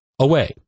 away